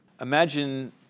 imagine